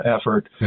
effort